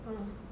ah